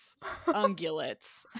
ungulates